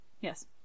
yes